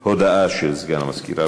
אנחנו עוברים להודעה של סגן המזכירה.